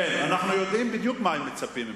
אנחנו יודעים בדיוק מה הם מצפים ממנו.